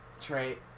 Trey